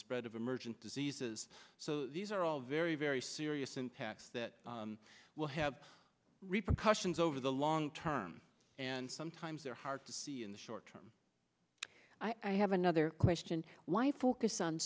spread of emergent diseases so these are all very very serious impacts that will have repercussions over the long term and sometimes they're hard to see in the short term i have another question why focus on